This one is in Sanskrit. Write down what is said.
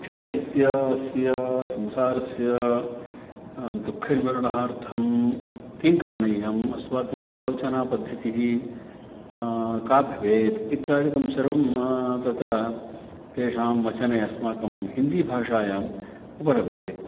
क्षणिकस्य अस्य संसारस्य दुःखनिवर्णार्थं किं करणीयम् अस्माकम् आलोचनापद्धतिः का भवेत् इत्यादिकं सर्वं तत्र तेषां वचने अस्माकं हिन्दीभाषायाम् उपलभ्यते